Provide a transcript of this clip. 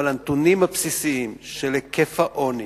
אבל הנתונים הבסיסיים של היקף העוני,